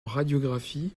radiographie